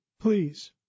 Please